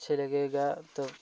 अच्छा लगेगा तो